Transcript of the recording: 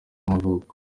y’amavuko